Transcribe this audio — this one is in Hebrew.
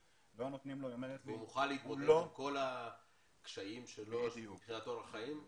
והוא מוכן להתמודד עם כל הקשיים שלו מבחינת אורח חיים בכלל צה"ל?